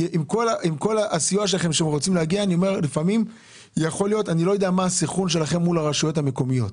אני לא יודע מה הסנכרון שלכם מול הרשויות המקומיות,